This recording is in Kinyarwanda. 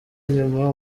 inyuma